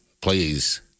please